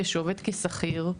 שעובד כשכיר,